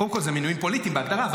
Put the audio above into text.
קודם כול, זה מינויים פוליטיים בהגדרה.